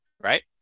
right